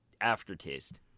aftertaste